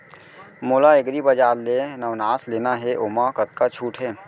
मोला एग्रीबजार ले नवनास लेना हे ओमा कतका छूट हे?